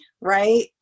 right